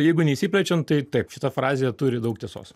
jeigu neišsiplečiant tai taip šita frazė turi daug tiesos